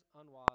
unwise